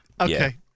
Okay